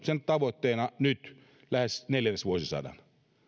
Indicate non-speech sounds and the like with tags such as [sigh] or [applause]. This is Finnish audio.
[unintelligible] sen tavoitteena nyt lähes neljännesvuosisadan